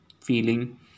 feeling